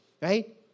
Right